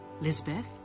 Lisbeth